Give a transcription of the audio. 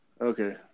Okay